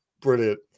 Brilliant